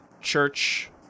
church